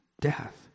death